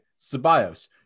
Ceballos